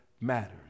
matters